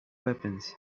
weapons